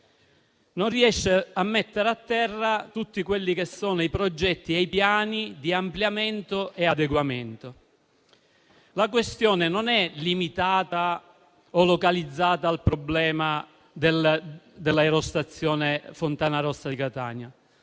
non riesce a mettere a terra tutti quelli che sono i progetti e i piani di ampliamento e adeguamento. La questione non è limitata o localizzata al problema dell'aerostazione Fontanarossa di Catania.